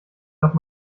doch